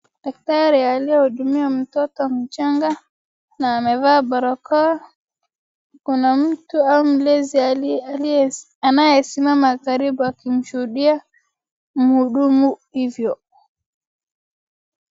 Daktari aliyehudumia mtoto mchanga na amevaa barakoa, kuna mtu au mlezi anayesimama karibu akimshuhudia mhudumu hivyo.